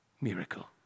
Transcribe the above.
miracle